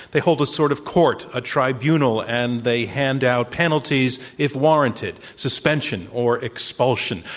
they hold a sort of court, a tribunal, and they hand out penalties if warranted, suspension or expulsion.